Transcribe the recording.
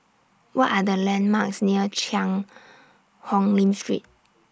What Are The landmarks near Cheang Hong Lim Street